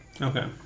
Okay